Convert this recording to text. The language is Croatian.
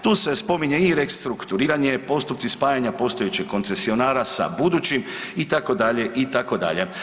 Tu se spominje i restrukturiranje, postupci spajanja postojećeg koncesionara sa budućim itd., itd.